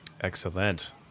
excellent